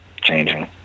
changing